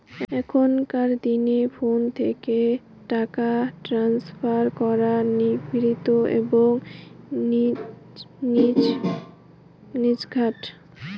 এখনকার দিনে ফোন থেকে টাকা ট্রান্সফার করা নির্বিঘ্ন এবং নির্ঝঞ্ঝাট